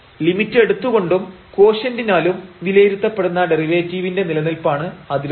limit എടുത്തുകൊണ്ടും കോഷ്യന്റിന്നാലും വിലയിരുത്തപ്പെടുന്ന ഡെറിവേറ്റീവിന്റെ നിലനിൽപ്പാണ് അതിലൊന്ന്